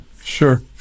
Sure